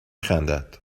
خندد